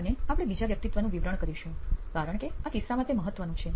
અને આપણે બીજા વ્યક્તિત્વનું વિવરણ કરીશું કારણ કે આ કિસ્સામાં તે મહત્વનું છે